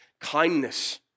Kindness